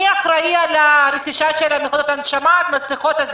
מי אחראי על הרכישה של מכונות ההנשמה והמסכות?